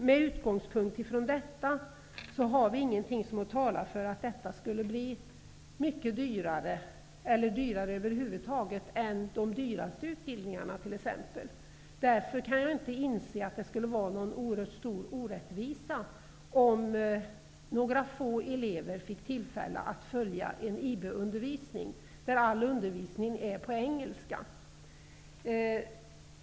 Med utgångspunkt i detta finns det inget som talar för att IB-utbildningen skulle bli dyrare än de redan dyraste utbildningarna. Därför kan jag inte inse att det skulle vara orättvist om några få elever får tillfälle att följa en IB-utbildning där all undervisning är på engelska.